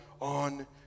On